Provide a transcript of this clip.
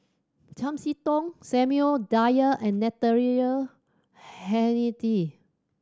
Chiam See Tong Samuel Dyer and Natalie Hennedige